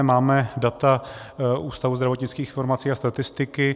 Máme data Ústavu zdravotnických informací a statistiky.